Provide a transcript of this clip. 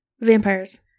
vampires